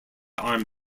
arm